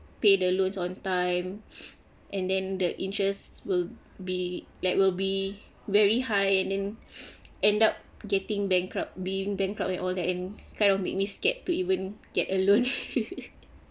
pay the loans on time and then the interest will be like will be very high and then end up getting bankrupt being bankrupt and all that and kind of made me scared to even get a loan